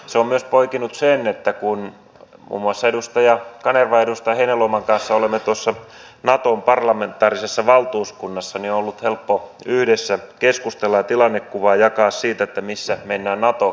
se on poikinut myös sen että kun muun muassa edustaja kanervan ja edustaja heinäluoman kanssa olemme tuossa naton parlamentaarisessa valtuuskunnassa niin on ollut helppo yhdessä keskustella ja tilannekuvaa jakaa siitä missä mennään nato keskustelussa